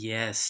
Yes